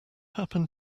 happened